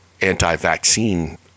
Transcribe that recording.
anti-vaccine